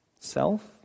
Self